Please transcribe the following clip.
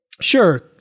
Sure